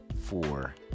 four